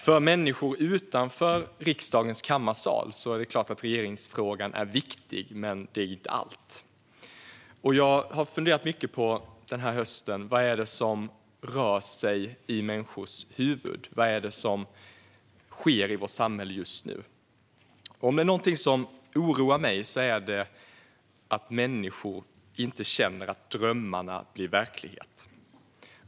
För människor utanför riksdagens kammare är det klart att regeringsfrågan är viktig, men den är inte allt. Jag har denna höst funderat mycket på vad det är som rör sig i människors huvuden. Vad är det som sker i vårt samhälle just nu? Om det är någonting som oroar mig är det att människor inte känner att drömmarna blir verklighet.